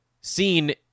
seen